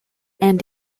and